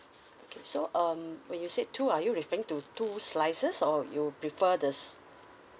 okay so um when you said two are you referring to two slices or you prefer the